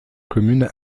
commune